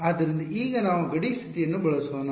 ಆದ್ದರಿಂದ ಈಗ ನಾವು ಗಡಿ ಸ್ಥಿತಿಯನ್ನು ಬಳಸೋಣ